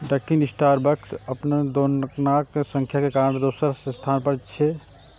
Dunkin Starbucks अपन दोकानक संख्या के कारण दोसर स्थान पर छै